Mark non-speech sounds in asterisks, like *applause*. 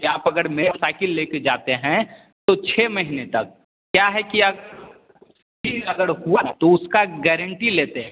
कि आप अगर मेरी साइकिल लेके जाते हैं तो छः महीने तक क्या है कि *unintelligible* अगर हुआ ना तो उसका गेरेंटी लेते हैं